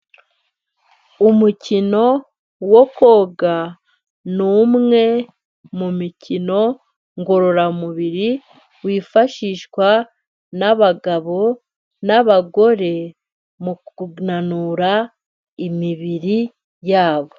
umukino wo koga ni umwe mu mikino ngororamubiri, wifashishwa n'abagabo n'abagore mu kunanura imibiri yabo.